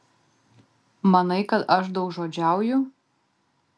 manai kad aš daugžodžiauju